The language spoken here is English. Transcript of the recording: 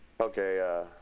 okay